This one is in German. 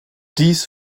dies